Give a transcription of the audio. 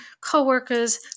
coworkers